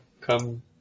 Come